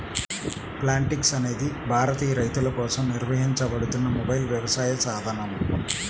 Plantix అనేది భారతీయ రైతులకోసం నిర్వహించబడుతున్న మొబైల్ వ్యవసాయ సాధనం